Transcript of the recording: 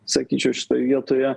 sakyčiau šitoj vietoje